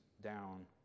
down